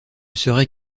serait